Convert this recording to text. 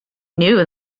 knew